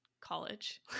college